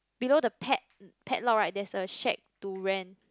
below the pad~ padlock right there's a shack to rent